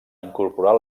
incorporar